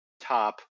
top